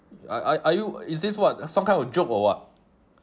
are are are you is this what some kind of joke or what